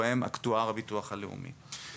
ובהם אקטואר הביטוח הלאומי.